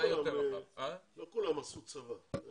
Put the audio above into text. לא כולם עשו צבא.